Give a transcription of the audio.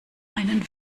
einen